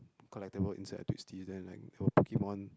collectible inside the Twisties then like there were Pokemon